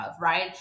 right